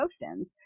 emotions